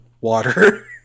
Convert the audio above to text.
water